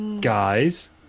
guys